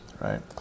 right